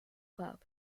club